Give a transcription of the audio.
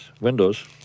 windows